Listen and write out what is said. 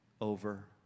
over